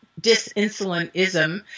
disinsulinism